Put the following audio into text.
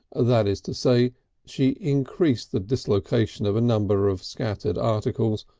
ah that is to say she increased the dislocation of a number of scattered articles,